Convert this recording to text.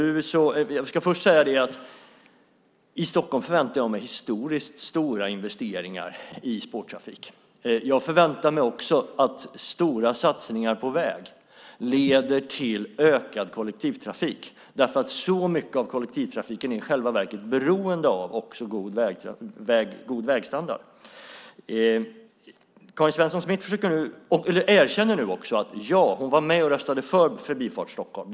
I Stockholm förväntar jag mig historiskt stora investeringar i spårtrafik. Jag förväntar mig också att stora satsningar på väg leder till ökad kollektivtrafik. Mycket av kollektivtrafiken är i själva verket beroende av god vägstandard. Karin Svensson Smith erkänner nu också att hon var med och röstade för Förbifart Stockholm.